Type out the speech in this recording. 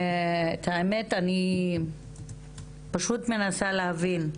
את האמת, אני פשוט מנסה להבין.